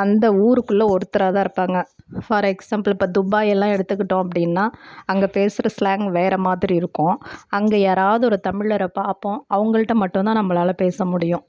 அந்த ஊருக்குள்ள ஒருத்தரா தான் இருப்பாங்க ஃபார் எக்ஸாம்பிள் இப்போ துபாயலாம் எடுத்துக்கிட்டோம் அப்படின்னா அங்கே பேசுகிற ஸ்லேங் வேற மாதிரி இருக்கும் அங்கே யாராவது ஒரு தமிழரை பார்ப்போம் அவங்கள்ட்ட மட்டுந்தான் நம்மளால பேச முடியும்